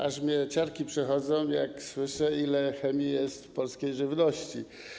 Aż mnie ciarki przechodzą, gdy słyszę, ile chemii jest w polskiej żywności.